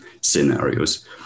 scenarios